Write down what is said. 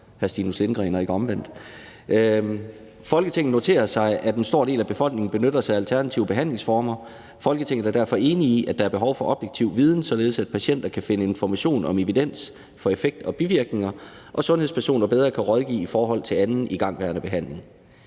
»Folketinget noterer sig, at en stor del af befolkningen benytter sig af alternative behandlingsformer. Folketinget er derfor enig i, at der er behov for objektiv viden, således at patienter kan finde information om evidens for effekt og bivirkninger og sundhedspersoner bedre kan rådgive i forhold til anden igangværende behandling.